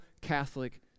Catholic